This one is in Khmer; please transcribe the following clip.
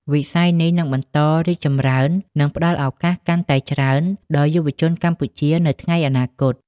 វិស័យនេះនឹងបន្តរីកចម្រើន និងផ្តល់ឱកាសកាន់តែច្រើនដល់យុវជនកម្ពុជានៅថ្ងៃអនាគត។